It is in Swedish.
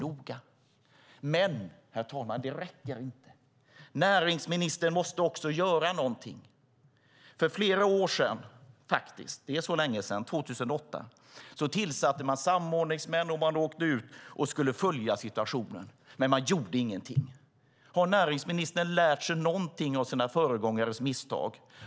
Men, herr talman, det räcker inte! Näringsministern måste också göra någonting. För flera år sedan, 2008 - det är så länge sedan - tillsatte man samordningsmän. Man åkte ut och skulle följa situationen, men man gjorde ingenting. Har näringsministern lärt någonting av sina föregångares misstag?